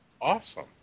Awesome